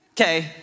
okay